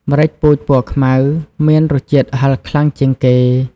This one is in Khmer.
ម្រេចពូជពណ៌ខ្មៅមានរសជាតិហិរខ្លាំងជាងគេ។